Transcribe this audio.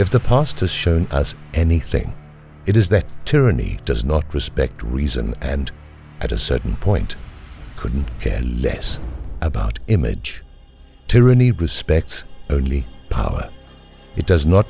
if the pastas shown us anything it is that tyranny does not respect reason and at a certain point couldn't care less about image tyranny respects only power it does not